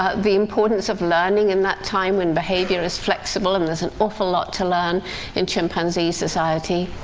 ah the importance of learning in that time, when behavior is flexible and there's an awful lot to learn in chimpanzee society.